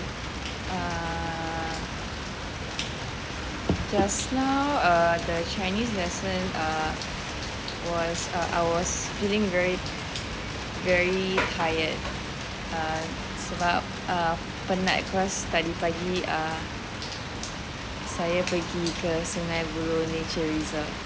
err just now the chinese lesson err was err was uh I was feeling very very tired uh sebab uh penat cause tadi pagi uh saya pergi ke sungei buloh nature reserves